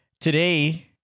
Today